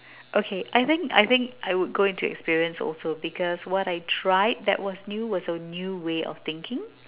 okay I think I think I would go into experience also because what I tried that was new was a new way of thinking